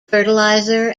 fertilizer